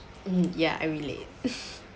um ya I relate